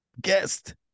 guest